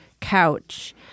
couch